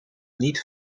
niet